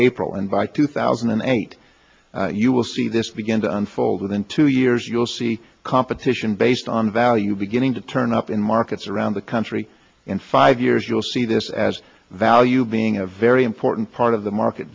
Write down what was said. april and by two thousand and eight you will see this begin to unfold within two years you'll see competition based on value beginning to turn up in markets around the country in five years you'll see this as value being a very important part of the market